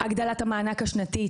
הגדלת המענק השנתי,